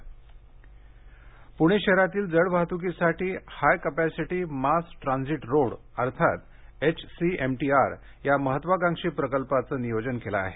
HCMTR Pune शहरातील जड वाहतुकीसाठी high capacity mass transit road अर्थात एचसीएमटीआर या महत्त्वाकांक्षी प्रकल्पाचं नियोजन केलं आहे